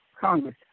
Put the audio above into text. Congress